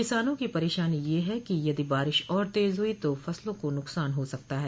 किसानों की परेशानी यह है कि यदि बारिश और तेज हुई तो फसलों को नुकसान हो सकता है